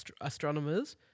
astronomers